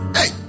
Hey